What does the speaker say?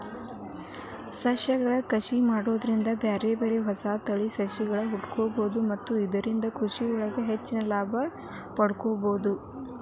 ಸಸಿಗಳ ಕಸಿ ಮಾಡೋದ್ರಿಂದ ಬ್ಯಾರ್ಬ್ಯಾರೇ ಹೊಸ ತಳಿಯ ಸಸಿಗಳ್ಳನ ಹುಟ್ಟಾಕ್ಬೋದು ಮತ್ತ ಇದ್ರಿಂದ ಕೃಷಿಯೊಳಗ ಹೆಚ್ಚಿನ ಲಾಭ ಪಡ್ಕೋಬೋದು